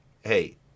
Hey